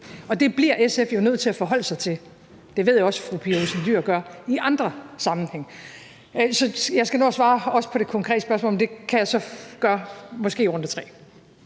og det bliver SF jo nødt til at forholde sig til. Det ved jeg også at fru Pia Olsen Dyhr gør i andre sammenhænge. Jeg skal også nå at svare på det konkrete spørgsmål, men det kan jeg så måske gøre